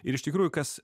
ir iš tikrųjų kas